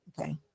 Okay